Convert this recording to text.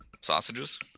sausages